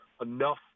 enough